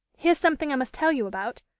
here's something i must tell you about.